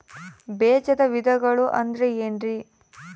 ಬೇಜದ ವಿಧಗಳು ಅಂದ್ರೆ ಏನ್ರಿ?